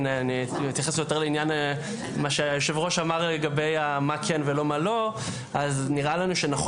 אני מעלה תהייה לגבי 6ז. אני תוהה האם לא נכון שהוועדה